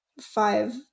five